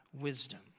wisdom